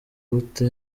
bute